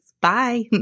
Bye